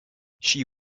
she